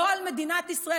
לא על מדינת ישראל,